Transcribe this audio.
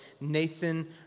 Nathan